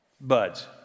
buds